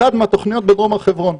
אחת מהתוכניות שהגישו בדרום הר חברון.